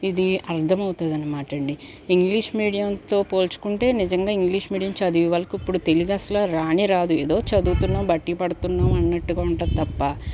ఇది అర్థం అవుతుంది అనమాట అండి ఇంగ్లీష్ మీడియంతో పోల్చుకుంటే నిజంగా ఇంగ్లీష్ మీడియం చదివే వాళ్ళకు ఇప్పుడు తెలుగు అస్సలు రానే రాదు ఏదో చదువుతున్నాం బట్టి పడుతున్నాం అన్నట్టుగా ఉంటది తప్ప